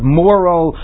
moral